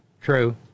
true